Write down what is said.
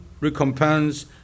recompense